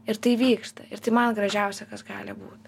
ir tai vyksta ir tai man gražiausia kas gali būt